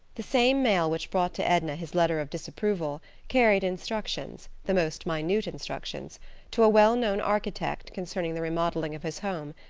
the same mail which brought to edna his letter of disapproval carried instructions the most minute instructions to a well-known architect concerning the remodeling of his home,